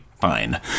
fine